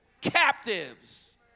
captives